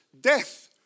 death